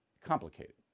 Complicated